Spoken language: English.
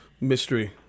mystery